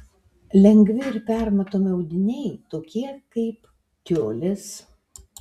lengvi ir permatomi audiniai tokie kaip tiulis